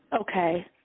Okay